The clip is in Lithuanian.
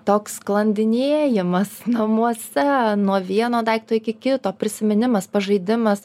toks sklandinėjimas namuose nuo vieno daikto iki kito prisiminimas pažaidimas